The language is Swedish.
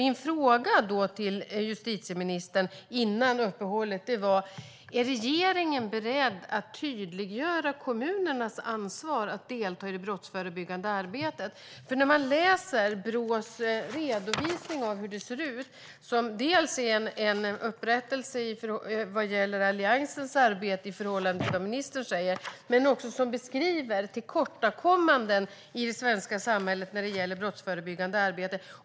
Min fråga till justitieministern före uppehållet var: Är regeringen beredd att tydliggöra kommunernas ansvar att delta i det brottsförebyggande arbetet? I Brås redovisning av hur det ser ut, som är en upprättelse vad gäller Alliansens arbete i förhållande till vad ministern säger, framkommer en beskrivning av tillkortakommanden i det svenska samhället när det gäller det brottsförebyggande arbetet.